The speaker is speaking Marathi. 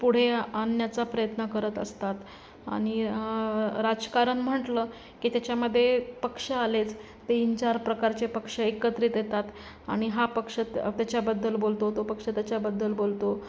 पुढे आणण्याचा प्रयत्न करत असतात आणि राजकारण म्हटलं की त्याच्यामध्ये पक्ष आलेच तीन चार प्रकारचे पक्ष एकत्रित येतात आणि हा पक्ष त्याच्याबद्दल बोलतो तो पक्ष त्याच्याबद्दल बोलतो